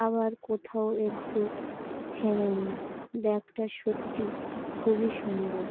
আবার কোথাও একটু ছেঁড়েনি ব্যাগটা সত্যি খুবই সুন্দর